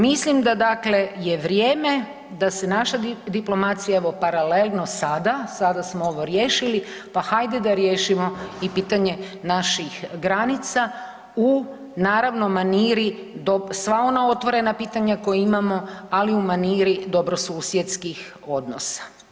Mislim da dakle je vrijeme da se naša diplomacija, evo paralelno sada, sada smo ovo riješili, pa hajde da riješimo i pitanje naših granica u naravno maniri sva ona otvorena pitanja koja imamo, ali u maniri dobrosusjedskih odnosa.